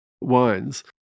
wines